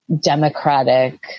democratic